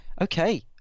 Okay